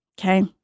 Okay